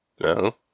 No